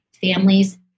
families